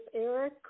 Eric